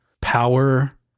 power